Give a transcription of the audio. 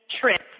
trip